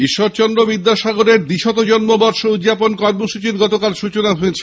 ঈশ্বরচন্দ্র বিদ্যাসাগরের দ্বিশত জন্মবর্ষ উদযাপন কর্মসূচীর গতকাল সূচনা হয়েছে